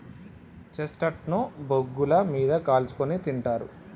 chestnut ను బొగ్గుల మీద కాల్చుకుని తింటారు